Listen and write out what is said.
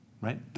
Right